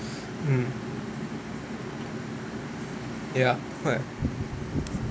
mm ya correct